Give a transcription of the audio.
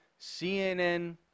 CNN